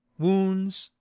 wounds,